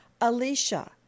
Alicia